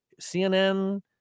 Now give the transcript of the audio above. cnn